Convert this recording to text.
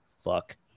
fuck